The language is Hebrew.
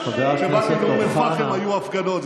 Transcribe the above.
כשבאתי לאום אל-פחם היו הפגנות.